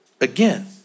again